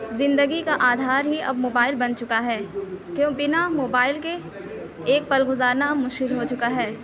زندگی کا آدھار ہی اب موبائل بن چکا ہے کیوں بنا موبائل کے ایک پل گزارنا مشکل ہو چکا ہے